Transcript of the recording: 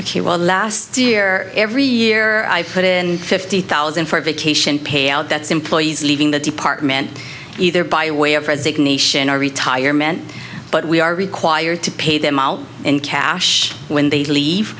please last year every year i put in fifty thousand for a vacation payout that's employees leaving the department either by way of resignation or retirement but we are required to pay them out in cash when they leave